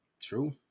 True